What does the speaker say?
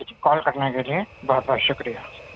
کال کرنے کے لیے بہت بہت شکریہ